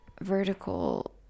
Vertical